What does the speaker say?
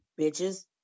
bitches